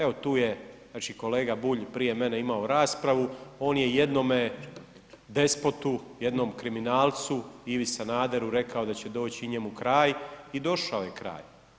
Evo tu je znači kolega Bulj prije mene imao raspravu, on je jednome despotu, jednom kriminalcu Ivi Sanaderu rekao da će doći i njemu kraj i došao je kraj.